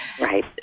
Right